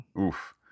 oof